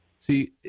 See